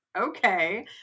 okay